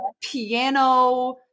piano